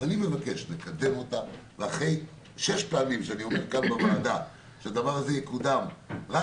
אני מבקש לקדם אותה ואחרי 6 פעמים שאני אומר כאן בוועדה שהדבר יקודם רק